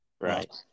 Right